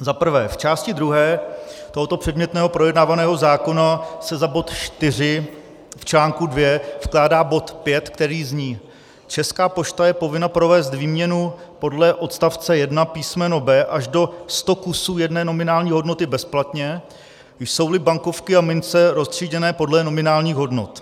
Za prvé: V části druhé tohoto předmětného projednávaného zákona se za bod 4 v článku 2 vkládá bod 5, který zní: Česká pošta je povinna provést výměnu podle odst. 1 písm. b) až do 100 kusů jedné nominální hodnoty bezplatně, jsouli bankovky a mince roztříděné podle nominálních hodnot.